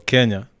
Kenya